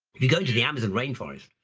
if you go to the amazon rainforest,